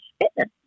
Fitness